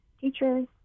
teachers